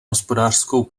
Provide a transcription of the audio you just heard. hospodářskou